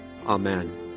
Amen